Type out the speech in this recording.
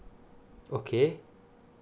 okay